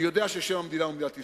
אני יודע ששם המדינה הוא מדינת ישראל,